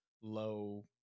low